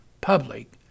public